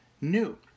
New